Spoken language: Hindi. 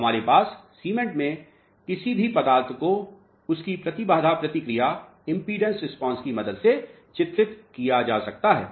तो हमारे पास सीमेंट में किसी भी पदार्थ को इसके प्रतिबाधा प्रतिक्रिया की मदद से चित्रित किया जा सकता है